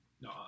No